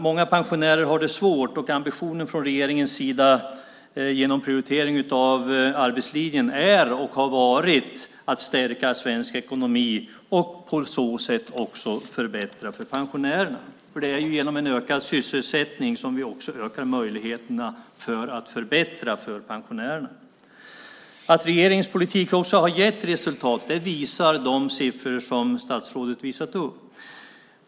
Många pensionärer har det svårt, och ambitionen från regeringens sida genom prioriteringen av arbetslinjen är och har varit att stärka svensk ekonomi och på så sätt också förbättra för pensionärerna, för det är genom en ökad sysselsättning som vi också ökar möjligheterna att förbättra för pensionärerna. Att regeringens politik också har gett resultat visar de siffror som statsrådet visat upp.